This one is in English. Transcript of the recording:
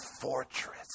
fortress